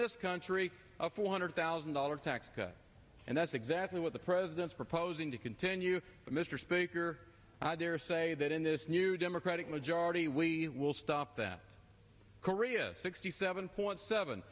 this country a four hundred thousand dollars tax cut and that's exactly what the president's proposing to continue but mr speaker i dare say that in this new democratic majority we will stop that korea sixty seven point seven